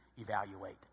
evaluate